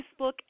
facebook